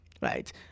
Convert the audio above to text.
right